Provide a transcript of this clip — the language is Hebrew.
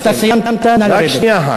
אתה סיימת, נא לרדת.